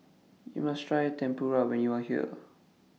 YOU must Try Tempura when YOU Are here